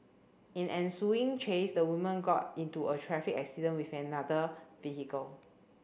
in ensuing chase the woman got into a traffic accident with another vehicle